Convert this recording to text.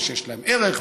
ושיש להם ערך,